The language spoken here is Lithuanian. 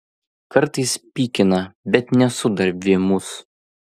kartais pykina bet nesu dar vėmus